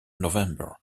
november